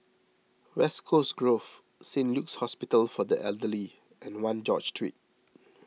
West Coast Grove Saint Luke's Hospital for the Elderly and one George Street